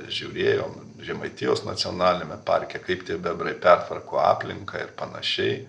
žiūrėjom žemaitijos nacionaliniame parke kaip tie bebrai pertvarko aplinką ir panašiai